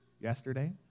Yesterday